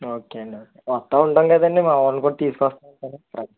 okay అండి వస్తూ ఉంటాం కదండీ మా వాళ్ళని కూడ తీసుకొస్తాంగా అదే